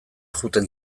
joaten